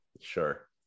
Sure